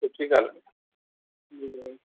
सुठी कॉलौनी आहे